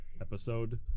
episode